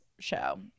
show